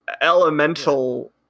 elemental